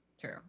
True